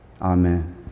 Amen